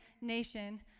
nation